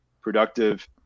Productive